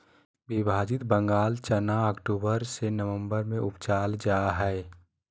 विभाजित बंगाल चना अक्टूबर से ननम्बर में उपजाल जा हइ